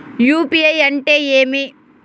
UPI అంటే ఏమి?